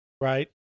Right